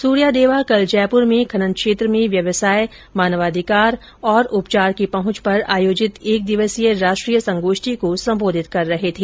सूर्या देवा कल जयपूर में खनन क्षेत्र में व्यवसाय मानवाधिकार और उपचार की पहुंच पर आयोजित एक दिवसीय राष्ट्रीय संगोष्ठी को संबोधित कर रहे थे